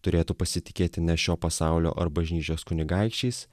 turėtų pasitikėti nes šio pasaulio ar bažnyčios kunigaikščiais